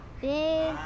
Big